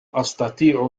أستطيع